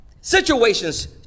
situations